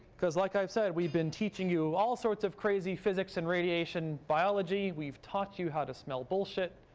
because, like i've said, we've been teaching you all sorts of crazy physics and radiation biology. we've taught you how to smell bullshit,